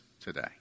today